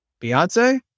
Beyonce